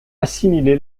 assimilé